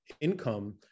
income